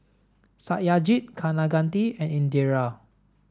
Satyajit Kaneganti and Indira